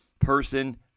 person